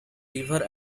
river